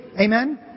Amen